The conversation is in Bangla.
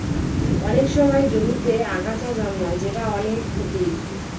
অনেক সময় জমিতে আগাছা জন্মায় যেটা অনেক ক্ষতির